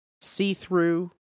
see-through